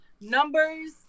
numbers